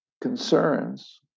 concerns